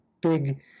big